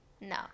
No